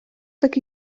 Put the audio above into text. так